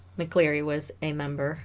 mccleary was a member